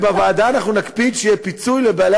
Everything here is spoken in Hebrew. ובוועדה אנחנו נקפיד שיהיה פיצוי לבעלי